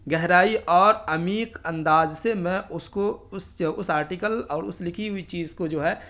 گہرائی اور عمیق انداز سے میں اس کو اس اس آرٹیکل اور اس لکھی ہوئی چیز کو جو ہے